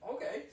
Okay